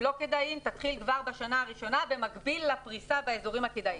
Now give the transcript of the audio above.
לא כדאיים תתחיל כבר בשנה הראשונה במקביל לפריסה באזורים הכדאיים.